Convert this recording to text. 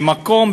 במקום,